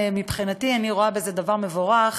מבחינתי, אני רואה בזה דבר מבורך.